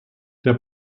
der